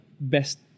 best